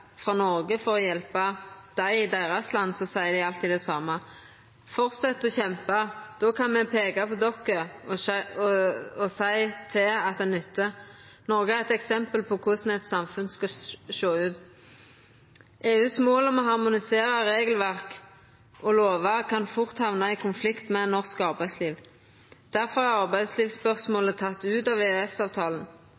Noreg for å hjelpa dei i deira land, seier dei alltid det same: Hald fram med å kjempa. Då kan me peika på dykk og seia at det nyttar. Noreg er eit eksempel på korleis eit samfunn skal sjå ut. EUs mål om å harmonisera regelverk og lovverk kan fort hamna i konflikt med norsk arbeidsliv.